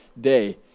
day